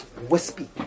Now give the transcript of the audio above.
wispy